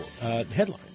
headlines